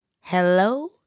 hello